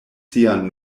sian